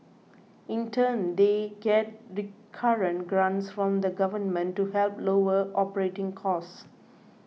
in turn they get recurrent grants from the Government to help lower operating costs